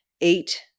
eight